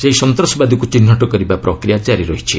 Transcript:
ସେହି ସନ୍ତସବାଦୀକୁ ଚିହ୍ନଟ କରିବା ପ୍ରକ୍ରିୟା ଜାରି ରହିଛି